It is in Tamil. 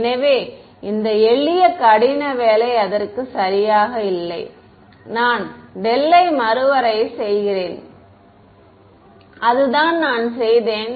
எனவே இந்த எளிய கடின வேலை அதற்கு சரியாக இல்லை நான் டெல் யை மறுவரையறை செய்கிறேன் அதுதான் நான் செய்தேன்